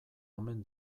omen